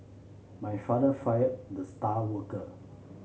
my father fired the star worker